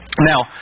Now